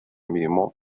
imirimo